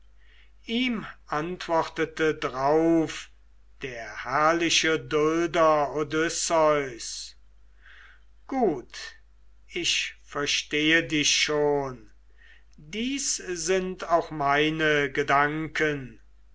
ihm antwortete drauf der herrliche dulder odysseus gut ich verstehe dich schon dies sind auch meine gedanken